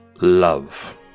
Love